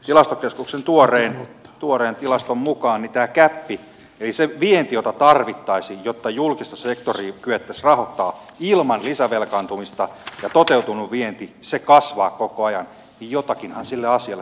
tilastokeskuksen tuoreen tilaston mukaan tämä gäppi sen viennin jota tarvittaisiin jotta julkista sektoria kyettäisiin rahoittamaan ilman lisävelkaantumista ja toteutuneen viennin välillä kasvaa koko ajan ja jotakinhan sille asialle täytyy tehdä